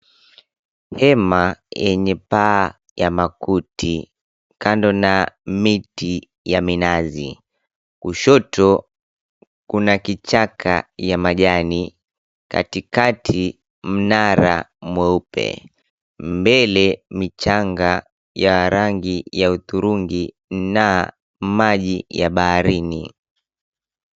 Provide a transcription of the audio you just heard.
Hema yenye paa ya makuti kando na miti ya minazi. Kushoto, kuna kichaka ya majani, katikati mnara mweupe. Mbele, michanga ya rangi ya uturungi na maji ya baharini.